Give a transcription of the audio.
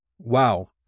Wow